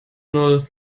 null